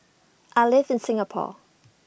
I live in Singapore